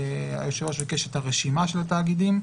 היושב ראש ביקש את הרשימה של התאגידים.